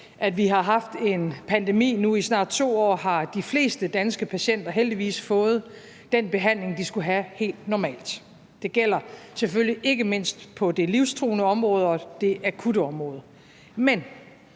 at vi har haft en pandemi nu i snart 2 år, har de fleste danske patienter heldigvis fået den behandling, de skulle have, helt normalt. Det gælder selvfølgelig ikke mindst på det livstruende område og det akutte område. Men